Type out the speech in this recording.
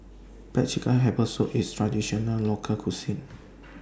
Black Chicken Herbal Soup IS A Traditional Local Cuisine